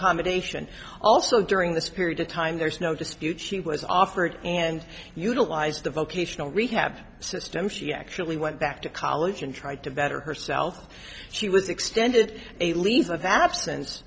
accommodation also during this period of time there's no dispute she was offered and utilized the vocational rehab system she actually went back to college and tried to better herself she was extended a leave of absence